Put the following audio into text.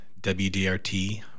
WDRT